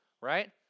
right